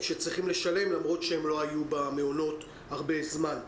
שצריכים לשלם למרות שהם לא היו במעונות הרבה זמן.